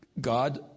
God